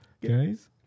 Guys